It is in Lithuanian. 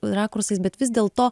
rakursais bet vis dėl to